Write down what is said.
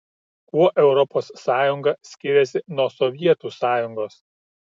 kuo europos sąjunga skiriasi nuo sovietų sąjungos